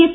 F